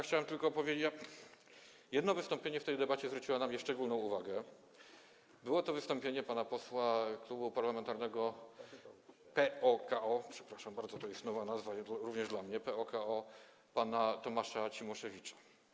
Chciałem tylko powiedzieć, że jedno wystąpienie w tej debacie zwróciło moją szczególną uwagę, było to wystąpienie pana posła z Klubu Parlamentarnego PO-KO - przepraszam bardzo, to jest nowa nazwa również dla mnie - Tomasza Cimoszewicza.